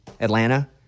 Atlanta